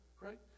right